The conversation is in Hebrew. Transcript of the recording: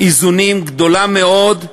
איזונים גדולה מאוד,